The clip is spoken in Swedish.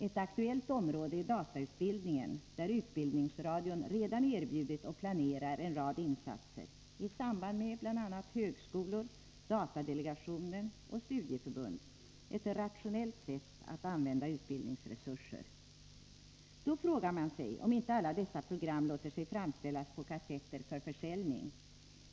Ett aktuellt område är datautbildningen, där utbildningsradion redan erbjudit och planerar en rad insatser, i samarbete med bl.a. högskolor, datadelegationen och studieförbund — ett rationellt sätt att använda utbildningsresurser. Då frågar man sig om inte alla dessa program låter sig framställas på kassetter för försäljning.